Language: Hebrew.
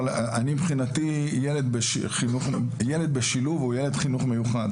מבחינתי, ילד בשילוב, הוא ילד בחינוך מיוחד.